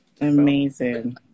amazing